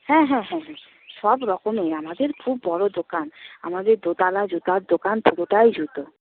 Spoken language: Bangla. হ্যাঁ হ্যাঁ হ্যাঁ হ্যাঁ সব রকমের আমাদের খুব বড়ো দোকান আমাদের দোতলা জুতোর দোকান পুরোটাই জুতো